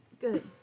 Good